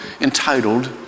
entitled